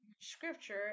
scripture